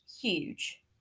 Huge